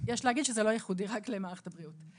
אבל אני רוצה להגיד שבמערכת יש גם פיזיותרפיסטיות ואחיות,